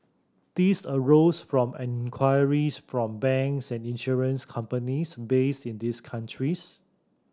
these arose from inquiries from banks and insurance companies based in these countries